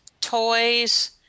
toys